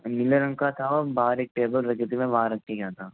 नीले रंग का था और बाहर एक टेबल रखी थी मैं वहाँ रख के गया था